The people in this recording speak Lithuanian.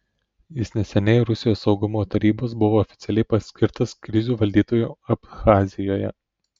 jis neseniai rusijos saugumo tarybos buvo oficialiai paskirtas krizių valdytoju abchazijoje